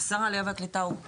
שר העלייה והקליטה היה